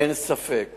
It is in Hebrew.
אין ספק